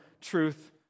truth